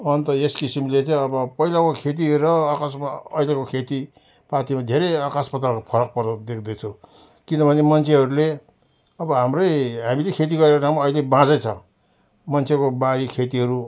अन्त यस किसिमले चाहिँ अब पहिलाको खेती र आकासमा अहिलेको खेतीपातीमा धेरै आकास पातालको फरक पर्दा देख्दैछु किनभने मान्छेहरूले अब हाम्रै हामीले खेती गरेको ठाउँमा अहिले बाँझै छ मान्छेको बारी खेतीहरू